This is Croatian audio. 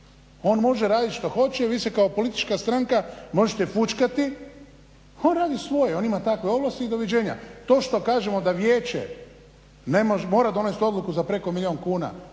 On može radit šta hoće i vi se kao politička stranka možete fučkati. On radi svoje. On ima takve ovlasti i doviđenja. To što kažemo da vijeće mora donest odluku za preko milijun kuna